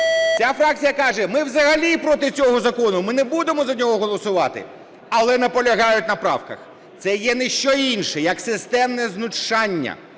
Ця фракція каже, ми взагалі проти цього закону, ми не будемо за нього голосувати, але наполягають на правках. Це є ні що інше, як системне знущання